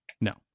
No